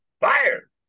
fire